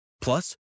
Plus